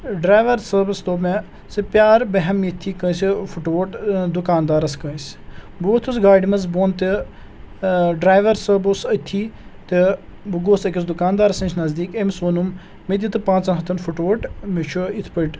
driver صٲبَس دوٚپ مےٚ ژٕ پیار بہم یتھی کٲنٛسہِ فُٹووٹ دُکاندارَس کٲنٛسہِ بہٕ ووتُس گاڑِ منٛز بۄن تہِ ڈرایور صٲب اوس أتھی تہٕ بہٕ گوس أکِس دُکاندارس نِش نزدیٖک أمِس ووٚنُم مےٚ دِتُکھ پانٛژن ہَتن فُٹوٹ مےٚ چھُ یِتھ پٲٹھۍ